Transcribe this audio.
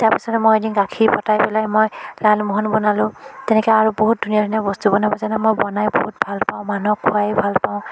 তাৰ পিছত মই এদিন গাখীৰ ফতাই পেলাই মই লালমোহন বনালোঁ তেনেকৈ আৰু বহুত ধুনীয়া ধুনীয়া বস্তু বনাব জানো মই বনাই বহুত ভাল পাওঁ মানুহক খুৱাইও ভাল পাওঁ